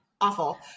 Awful